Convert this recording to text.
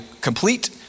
complete